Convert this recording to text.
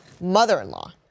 mother-in-law